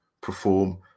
perform